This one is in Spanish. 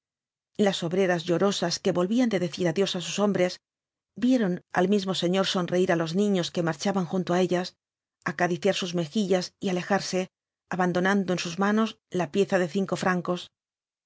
las obreras llorosas que volvían de decir adiós á sus hombres vieron al mismo señor sonreír á los niños que marchaban junto á ellas acariciar sus mejillas y alejarse abandonando en sus manos la pieza de cinco francos